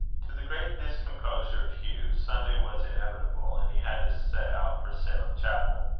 to the great discomposure of hugh, sunday was inevitable, and he had to set out for salem chapel.